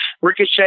ricochet